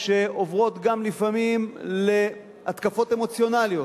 שעוברות גם, לפעמים, להתקפות אמוציונליות,